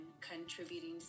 contributing